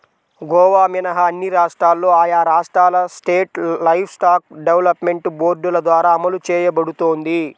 గోవా మినహా అన్ని రాష్ట్రాల్లో ఆయా రాష్ట్రాల స్టేట్ లైవ్స్టాక్ డెవలప్మెంట్ బోర్డుల ద్వారా అమలు చేయబడుతోంది